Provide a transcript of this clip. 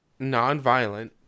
nonviolent